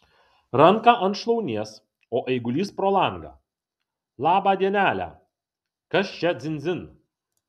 ranką ant šlaunies o eigulys pro langą labą dienelę kas čia dzin dzin